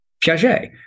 Piaget